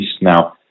Now